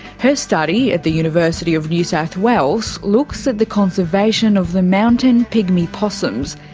her study at the university of new south wales looks at the conservation of the mountain pygmy possums.